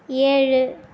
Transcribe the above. ஏழு